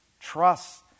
Trust